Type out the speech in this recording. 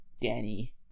Danny